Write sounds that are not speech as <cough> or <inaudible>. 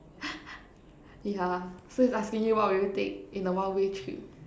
<laughs> yeah so it's asking you what will you take in a one way trip